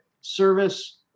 service